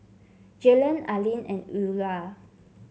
Jalon Aleen and Eulah